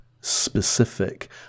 specific